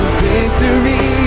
victory